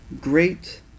Great